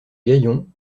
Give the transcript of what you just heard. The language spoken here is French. gaillon